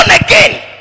Again